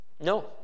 No